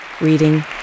reading